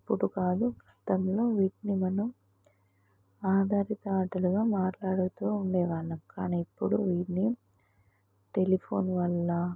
ఇప్పుడు కాదు గతంలో వీటిని మనం ఆధారిత ఆటలుగా మాట్లాడుతూ ఉండేవాళ్ళం కానీ ఇప్పుడు వీటిని టెలిఫోన్ వల్ల